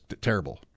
terrible